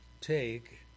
take